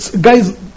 Guys